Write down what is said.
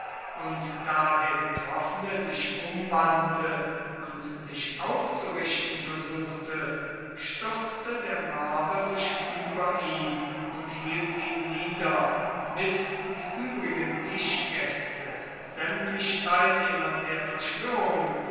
und da der getroffene sich umwandte und sich aufzurichten versuchte stürzte der mörder sich über ihn und hielt ihn nieder bis die übrigen tischgäste sämtlich teilnehmer der verschwörung